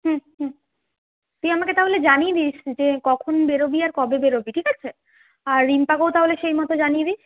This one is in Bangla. হ্যাঁ হ্যাঁ তুই আমাকে তাহলে জানিয়ে দিস যে কখন বেরোবি আর কবে বেরোবি ঠিক আছে আর রিম্পাকেও তাহলে সেইমত জানিয়ে দিস